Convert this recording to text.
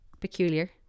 peculiar